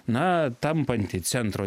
na tampanti centro